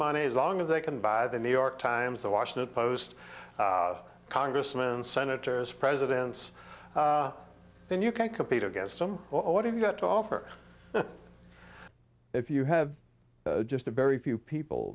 money as long as they can buy the new york times the washington post congressman and senators presidents then you can't compete against them or what have you got to offer if you have just a very few people